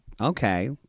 okay